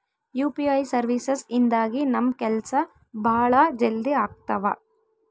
UPI services ಇಂದಾಗಿ ನಮ್ ಕೆಲ್ಸ ಭಾಳ ಜಲ್ದಿ ಅಗ್ತವ